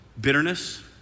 Bitterness